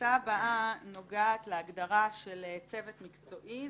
הקבוצה הבאה נוגעת להגדרה של צוות מקצועי.